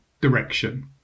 direction